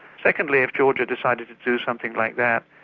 secondly, if georgia decided to do something like that,